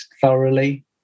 thoroughly